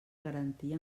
garantia